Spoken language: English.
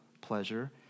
pleasure